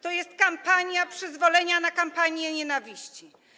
To jest kampania przyzwolenia na kampanię nienawiści.